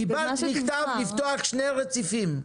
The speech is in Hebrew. קיבלת מכתב לפתוח שני רציפים.